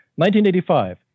1985